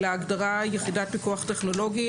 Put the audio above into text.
הגדרה של "יחידת פיקוח טכנולוגי".